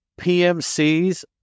PMCs